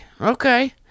Okay